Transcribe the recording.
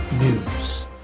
News